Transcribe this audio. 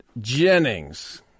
Jennings